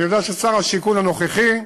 אני יודע ששר השיכון הנוכחי,